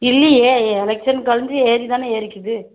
இல்லையே எலெக்ஷன் கழிஞ்சி ஏறிதானே ஏறிக்குது